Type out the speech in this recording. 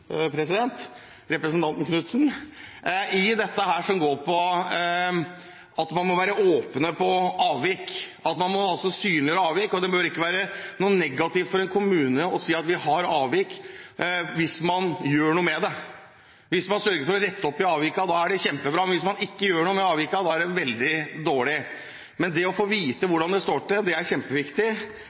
i det som går på at man må være åpen om avvik, at man må synliggjøre avvik. Det bør ikke være noe negativt for en kommune å si at man har avvik, hvis man gjør noe med det. Hvis man sørger for å rette opp avvikene, er det kjempebra, men hvis man ikke gjør noe med avvikene, er det veldig dårlig. Å få vite hvordan det står til, er kjempeviktig. Det er